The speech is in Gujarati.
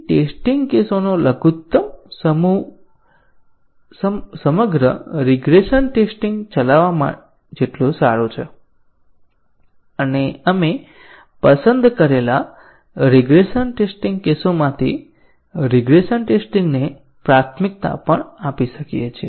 ટેસ્ટીંગ કેસોનો લઘુત્તમ સમૂહ સમગ્ર રિગ્રેસન ટેસ્ટીંગ ચલાવવા જેટલો સારો છે અને આપણે પસંદ કરેલા રીગ્રેસન ટેસ્ટીંગ કેસોમાંથી રિગ્રેસન ટેસ્ટીંગ ને પ્રાથમિકતા પણ આપી શકીએ છીએ